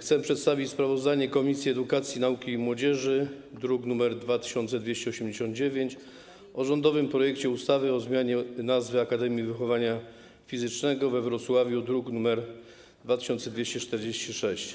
Chcę przedstawić sprawozdanie Komisji Edukacji, Nauki i Młodzieży, druk nr 2289, o rządowym projekcie ustawy o zmianie nazwy Akademii Wychowania Fizycznego we Wrocławiu, druk nr 2246.